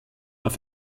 auf